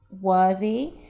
worthy